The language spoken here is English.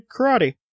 karate